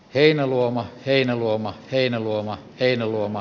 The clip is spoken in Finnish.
heinäluoma heinäluoma heinäluoma heinäluoma